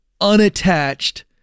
unattached